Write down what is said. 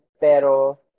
pero